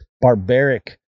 barbaric